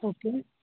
okay